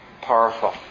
powerful